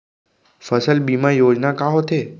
फसल बीमा योजना का होथे?